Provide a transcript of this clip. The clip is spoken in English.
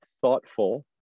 thoughtful